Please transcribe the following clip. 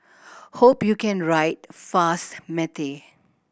hope you can write fast matey